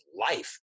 life